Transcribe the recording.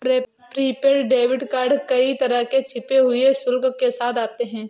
prepaid debit card कई तरह के छिपे हुए शुल्क के साथ आते हैं